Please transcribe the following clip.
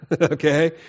Okay